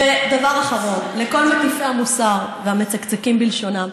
דבר אחרון לכל מטיפי המוסר והמצקצקים בלשונם: